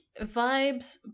vibes